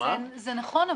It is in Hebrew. זה נכון,